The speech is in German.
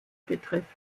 betrifft